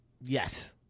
Yes